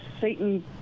satan